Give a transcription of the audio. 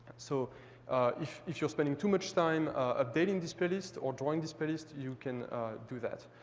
so if if you're spending too much time updating display list or drawing display list, you can do that.